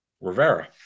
Rivera